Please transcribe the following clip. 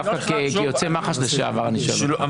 דווקא כיוצא מח"ש לשעבר אני שואל אותך.